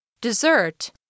Dessert